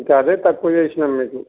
ఇంకా అదే తక్కువ చేసినాం మీకు